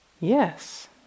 yes